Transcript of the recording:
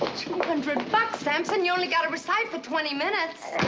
hundred bucks, samson. you only got to recite for twenty minutes.